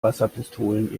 wasserpistolen